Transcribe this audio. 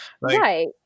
Right